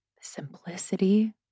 simplicity